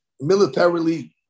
militarily